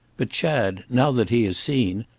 but chad, now that he has seen,